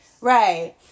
right